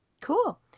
Cool